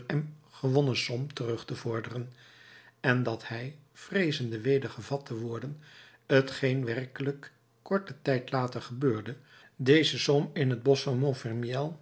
som terug vorderen en dat hij vreezende weder gevat te worden t geen werkelijk korten tijd later gebeurde deze som in het bosch van